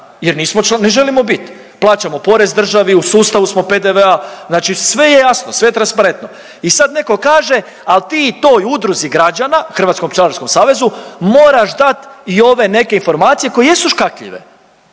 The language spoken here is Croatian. jer ne želimo biti. Plaćamo porez državi, u sustavu smo PDV-a, znači sve je jasno, sve je transparentno. I sad netko kaže ali ti toj udruzi građana, Hrvatskom pčelarskom savezu moraš dati i ove neke informacije koje jesu škakljive.